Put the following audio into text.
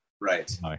Right